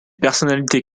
personnalités